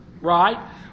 right